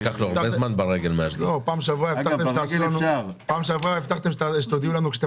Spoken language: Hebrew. בפעם שעברה הבטחתם שתודיעו לנו כשאתם